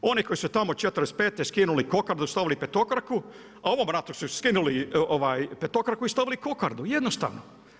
Oni koji su tamo '45. skinuli kokardu i stavili petokraku, a u ovom ratu su skinuli petokraku i stavili kokardu, jednostavno.